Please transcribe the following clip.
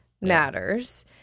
matters